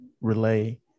relay